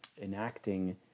enacting